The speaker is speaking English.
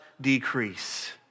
decrease